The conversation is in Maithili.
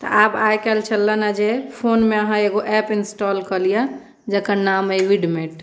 तऽ आब आइ काल्हि चललनि हेँ जे फोनमे अहाँ एगो एप इंस्टाल कऽ लिअ जकर नाम अइ विडमेट